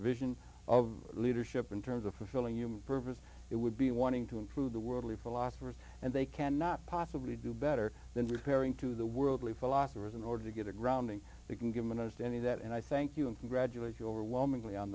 vision of leadership in terms of fulfilling human purpose it would be wanting to improve the worldly philosopher and they cannot possibly do better than repairing to the worldly philosophers in order to get a grounding they can give honest any of that and i thank you and congratulate you overwhelmingly on